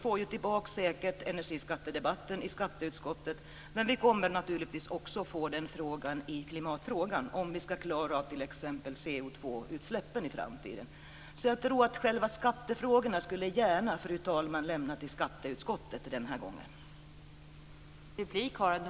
Säkert får vi ta del av energiskattedebatten i skatteutskottet. Men vi kommer naturligtvis att också diskutera skatteväxling i samband med klimatfrågan, om vi ska klara av t.ex. Fru talman! Skattefrågorna överlämnar jag gärna till skatteutskottet den här gången.